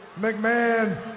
McMahon